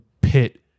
pit